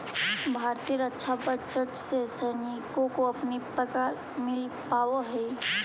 भारतीय रक्षा बजट से ही सैनिकों को अपनी पगार मिल पावा हई